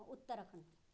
Uttarakhand